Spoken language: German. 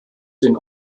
den